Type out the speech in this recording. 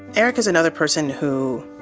erica is another person who,